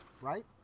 right